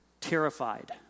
Terrified